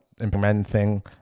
implementing